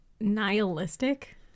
nihilistic